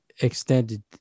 Extended